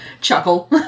chuckle